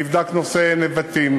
נבדק נושא נבטים,